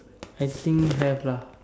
I think have lah